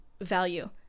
value